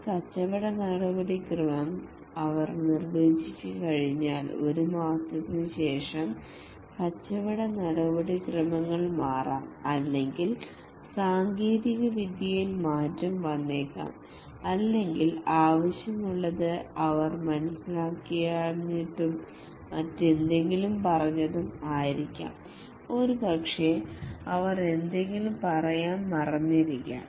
ഒരു കച്ചവട നടപടിക്രമം അവർ നിർവചിച്ചുകഴിഞ്ഞാൽ ഒരു മാസത്തിനുശേഷം കച്ചവട നടപടിക്രമങ്ങൾ മാറാം അല്ലെങ്കിൽ സാങ്കേതികവിദ്യയിൽ മാറ്റം വന്നേക്കാം അല്ലെങ്കിൽ ആവശ്യമുള്ളത് അവർ മനസിലാക്കിയിട്ടില്ലാത്തതും മറ്റെന്തെങ്കിലും പറഞ്ഞതും ആയിരിക്കാം ഒരുപക്ഷേ അവർ എന്തെങ്കിലും പറയാൻ മറന്നിരിക്കാം